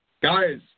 Guys